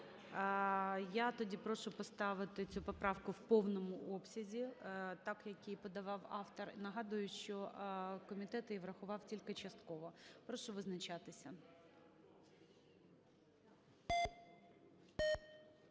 Я тоді прошу поставити цю поправку в повному обсязі, так, як її подавав автор. Нагадую, що комітет її врахував тільки частково. Прошу визначатися.